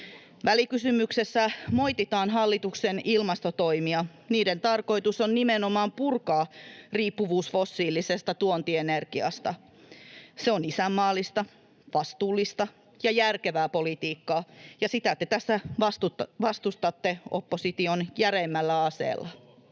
Välikysymyksessä moititaan hallituksen ilmastotoimia. Niiden tarkoitus on nimenomaan purkaa riippuvuus fossiilisesta tuontienergiasta. Se on isänmaallista, vastuullista ja järkevää politiikkaa. Ja sitä te tässä vastustatte opposition järeimmällä aseella.